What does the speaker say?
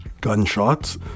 gunshots